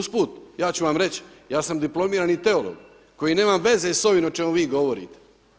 Uz put, ja ću vam reći, ja sam diplomirani teolog koji nema veze s ovim o čemu vi govorite.